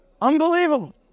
Unbelievable